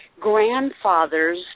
grandfather's